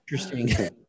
interesting